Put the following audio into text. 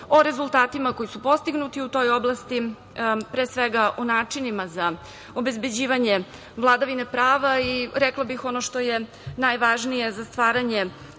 o rezultatima koji su postignuti u toj oblasti, pre svega o načinima za obezbeđivanje vladavine prava i rekla bih ono što je najvažnije za stvaranje